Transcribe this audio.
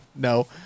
No